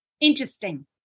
Interesting